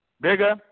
bigger